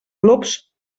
glops